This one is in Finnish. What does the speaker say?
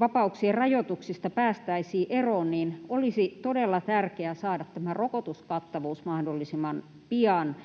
vapauksien rajoituksista päästäisiin eroon, niin olisi todella tärkeää saada tämä rokotuskattavuus mahdollisimman pian